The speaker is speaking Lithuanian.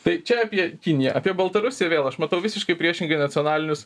tai čia apie kiniją apie baltarusiją vėl aš matau visiškai priešingai nacionalinius